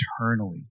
eternally